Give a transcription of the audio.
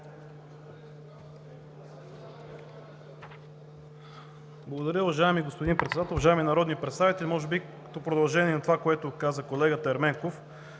Благодаря, уважаеми господин Председател. Уважаеми народни представители, може би като продължение на това, което каза колегата Ерменков